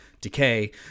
decay